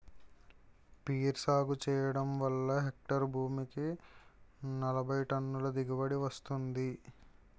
peer సాగు చెయ్యడం వల్ల హెక్టారు భూమికి నలబైటన్నుల దిగుబడీ వస్తుంది